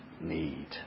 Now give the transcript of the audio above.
need